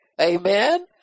Amen